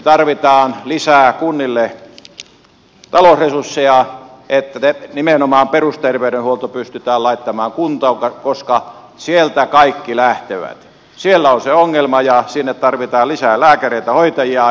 me tarvitsemme kunnille lisää talousresursseja että nimenomaan perusterveydenhuolto pystytään laittamaan kuntoon koska sieltä kaikki lähtee siellä on se ongelma sinne tarvitaan lisää lääkäreitä ja hoitajia